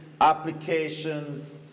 applications